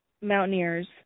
mountaineers